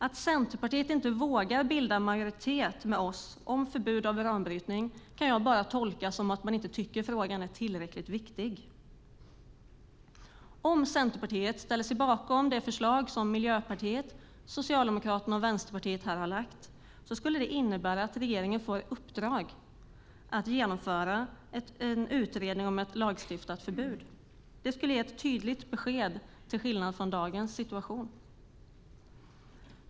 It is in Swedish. Att Centerpartiet inte vågar bilda en majoritet med oss om förbud mot uranbrytning kan jag bara tolka som att man inte tycker att frågan är tillräckligt viktig. Om Centerpartiet ställde sig bakom det förslag som Miljöpartiet, Socialdemokraterna och Vänsterpartiet här har lagt fram skulle det innebära att regeringen får i uppdrag att genomföra en utredning om ett lagstiftat förbud. Det skulle ge ett tydligt besked till skillnad från dagens situation.